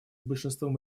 большинством